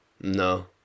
No